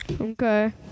okay